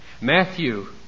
Matthew